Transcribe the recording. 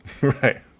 Right